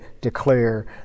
declare